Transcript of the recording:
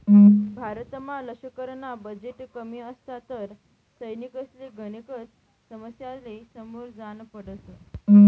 भारतना लशकरना बजेट कमी असता तर सैनिकसले गनेकच समस्यासले समोर जान पडत